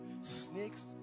snakes